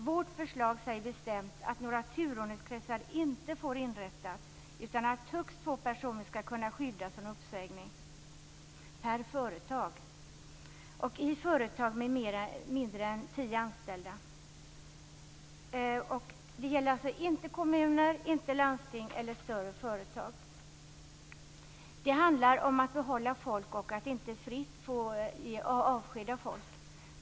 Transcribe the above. Vårt förslag säger bestämt att några turordningskretsar inte får inrättas, utan att högst två personer skall kunna skyddas från uppsägning per företag, och det skall vara företag med mindre än tio anställda. Det gäller alltså inte kommuner, inte landsting eller större företag. Det handlar om att behålla folk och att inte fritt få avskeda folk.